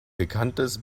bekanntes